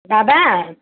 बाबा